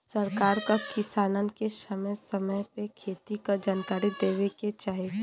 सरकार क किसानन के समय समय पे खेती क जनकारी देवे के चाही